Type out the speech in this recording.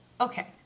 okay